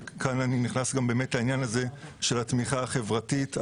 וכאן נכנס העניין של התמיכה החברתית.